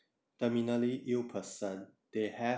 terminally ill person they have